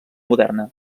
moderna